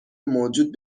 موجود